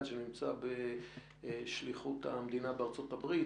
שנמצא בשליחות המדינה בארצות הברית,